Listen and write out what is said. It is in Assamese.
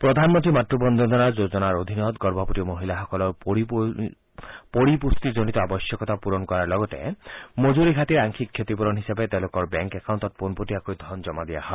প্ৰধান মন্ত্ৰী মাক্ৰ বন্দনা যোজনাৰ অধিনত গৰ্ভৱতী মহিলাসকলৰ পৰিপুষ্টিজনিত আৱশ্যকতা পূৰণ কৰাৰ লগতে মজুৰি ঘাটিৰ আংশিক ক্ষতিপূৰণ হিচাপে তেওঁলোকৰ বেংক একাউণ্টত পোনপটীয়াকৈ ধন জমা দিয়া হয়